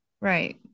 Right